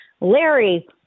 Larry